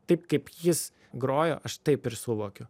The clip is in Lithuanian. taip kaip jis grojo aš taip ir suvokiu